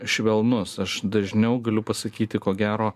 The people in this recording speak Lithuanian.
švelnus aš dažniau galiu pasakyti ko gero